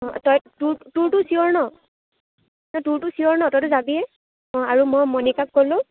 অঁ তই তোৰ তোৰতো চিয়ৰ ন তোৰতো চিয়ৰ ন তইতো যাবিয়েই অঁ আৰু মই মণিকাক ক'লোঁ